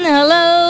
Hello